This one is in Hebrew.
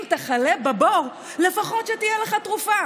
אם תחלה בבור, לפחות שתהיה לך תרופה,